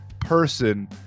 person